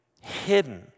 hidden